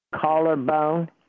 collarbone